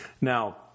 now